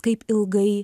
kaip ilgai